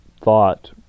thought